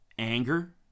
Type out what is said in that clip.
Anger